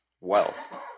wealth